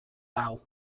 bow